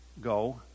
go